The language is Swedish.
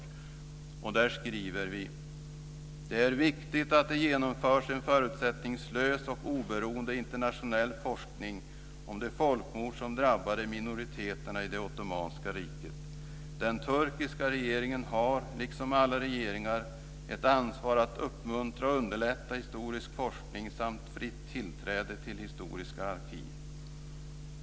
I yttrandet skriver vi: "Det är viktigt att det genomförs en förutsättningslös och oberoende internationell forskning om de folkmord som drabbade minoriteterna i det ottomanska riket. Den turkiska regeringen har, liksom alla regeringar, ett ansvar att uppmuntra och underlätta historisk forskning samt fritt tillträde till historiska arkiv.